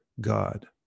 God